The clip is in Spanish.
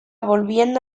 volviendo